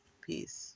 peace